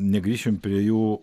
negrįšim prie jų